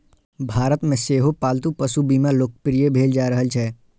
भारत मे सेहो पालतू पशु बीमा लोकप्रिय भेल जा रहल छै